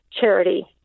charity